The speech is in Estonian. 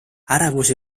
ärevus